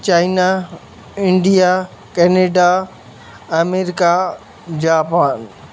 China India Canada America Japan